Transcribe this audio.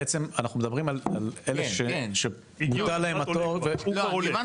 אז בעצם אנחנו מדברים על אלו שבוטל להם התור --- הבנתי,